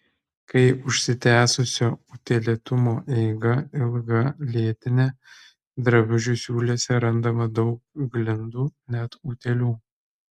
kai užsitęsusio utėlėtumo eiga ilga lėtinė drabužių siūlėse randama daug glindų net utėlių